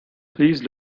please